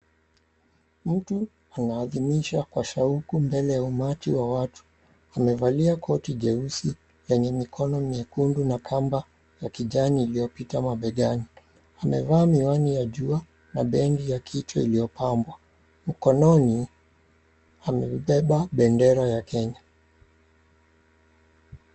Mtu anaadhimisha kwa shauku mbele ya umati wa watu. Amevalia koti jeusi lenye mikono miekundu na kamba ya kijani iliyopita mabegani .Amevaa miwani ya jua na bengi ya kichwa iliyopambwa, mkononi amebeba bendera ya Kenya.